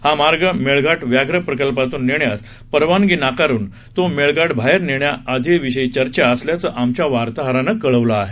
हा मार्ग मेळघाट व्याघ्र प्रकल्पातून नेण्यास परवानगी नाकारून तो मेळघाटाबाहेरून नेण्याविषयी चर्चा स्रू असल्याचं आमच्या वार्ताहरानं कळवलं आहे